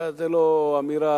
זו לא אמירה,